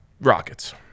Rockets